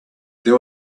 there